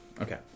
Okay